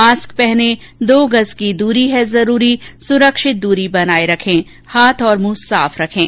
mask पहनें दो गज़ की दूरी है जरूरी सुरक्षित दूरी बनाए रखें हाथ और मुंह साफ रखें